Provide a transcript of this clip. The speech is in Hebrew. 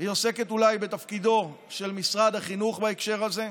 והיא עוסקת אולי בתפקידו של משרד החינוך בהקשר הזה,